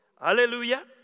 Hallelujah